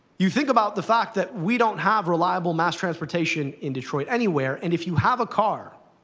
you think about the fact that we don't have reliable mass transportation in detroit anywhere. and if you have a car,